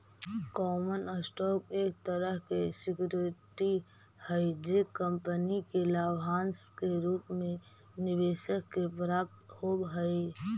common stock एक तरह के सिक्योरिटी हई जे कंपनी के लाभांश के रूप में निवेशक के प्राप्त होवऽ हइ